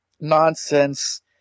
nonsense